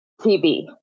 TV